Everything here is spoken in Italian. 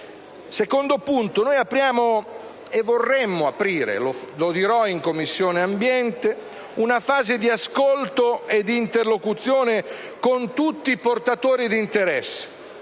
secondo luogo, noi vorremo aprire ‑ lo dirò in Commissione ambiente ‑ una fase d'ascolto e d'interlocuzione con tutti i portatori di interessi,